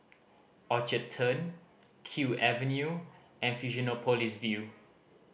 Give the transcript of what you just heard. Orchard Turn Kew Avenue and Fusionopolis View